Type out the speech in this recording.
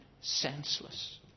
senseless